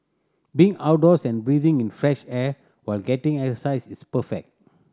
being outdoors and breathing in fresh air while getting exercise is perfect